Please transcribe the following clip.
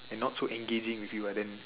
and not so engaging with you ah then